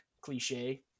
cliche